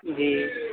جی